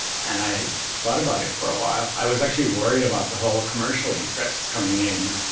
and i thought about it for a while. i was actually worried about the whole commercial interests coming in.